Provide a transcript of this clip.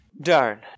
Darn